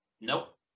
nope